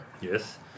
Yes